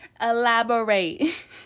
Elaborate